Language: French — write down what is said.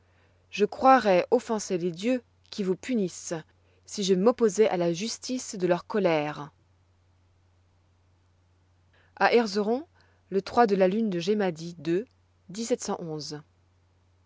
je croirois offenser les dieux qui vous punissent si je m'opposois à la justice de leur colère à erzeron le de la lune de